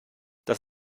das